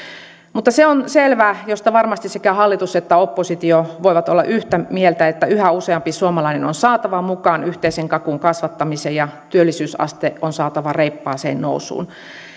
mutta se on selvä mistä varmasti sekä hallitus että oppositio voivat olla yhtä mieltä että yhä useampi suomalainen on saatava mukaan yhteisen kakun kasvattamiseen ja työllisyysaste on saatava reippaaseen nousuun